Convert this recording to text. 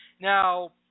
Now